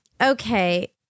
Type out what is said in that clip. Okay